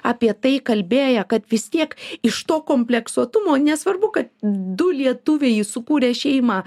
apie tai kalbėję kad vis tiek iš to kompleksuotumo nesvarbu kad du lietuviai sukūrė šeimą